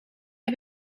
heb